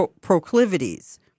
proclivities